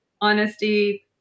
honesty